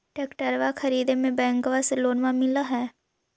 ट्रैक्टरबा खरीदे मे बैंकबा से लोंबा मिल है?